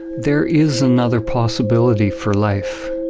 there is another possibility for life.